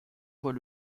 voit